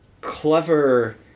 Clever